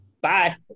bye